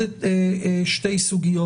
ועוד שתי סוגיות.